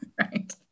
right